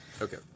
Okay